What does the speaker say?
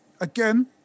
again